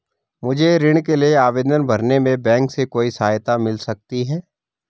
मुझे ऋण के लिए आवेदन भरने में बैंक से कोई सहायता मिल सकती है?